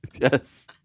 Yes